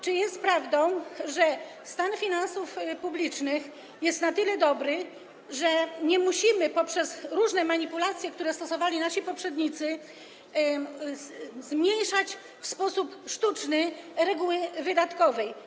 Czy jest prawdą, że stan finansów publicznych jest na tyle dobry, że nie musimy poprzez różne manipulacje, które stosowali nasi poprzednicy, zmniejszać w sposób sztuczny zakresu stosowania reguły wydatkowej?